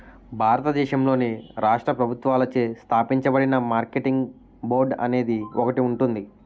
భారతదేశంలోని రాష్ట్ర ప్రభుత్వాలచే స్థాపించబడిన మార్కెటింగ్ బోర్డు అనేది ఒకటి ఉంటుంది